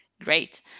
Great